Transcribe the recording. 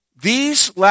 These